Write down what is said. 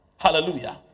Hallelujah